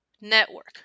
network